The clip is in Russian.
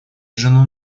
жену